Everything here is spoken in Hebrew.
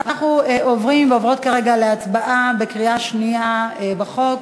אנחנו עוברים ועוברות כרגע להצבעה בקריאה שנייה על החוק.